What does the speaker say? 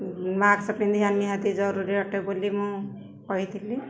mask ପିନ୍ଧିିବା ନିହାତି ଜରୁରୀ ଅଟେ ବୋଲି ମୁଁ କହିଥିଲି